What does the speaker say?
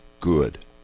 good